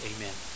Amen